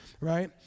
right